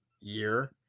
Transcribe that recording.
year